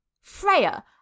Freya